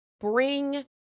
bring